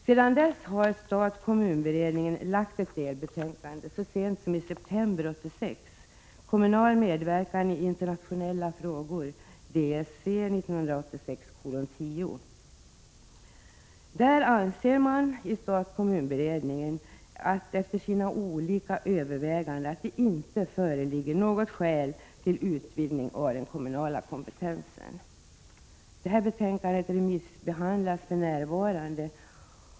Sedan dess har stat-kommun-beredningen lagt fram ett delbetänkande så sent som i september 1986 — Kommunal medverkan i internationella frågor . Stat-kommun-beredningen anser efter sina olika överväganden att det inte föreligger något skäl till utvidgning av den kommunala kompetensen. Betänkandet remissbehandlas för närvarande.